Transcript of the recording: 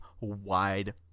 wide